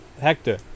Hector